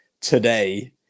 today